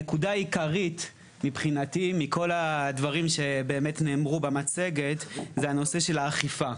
הנקודה העיקרית מבחינתי מכל מה שנאמר במצגת זה נושא האכיפה.